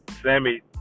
Sammy